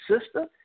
sister